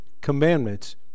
commandments